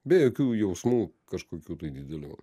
be jokių jausmų kažkokių didelių